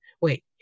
wait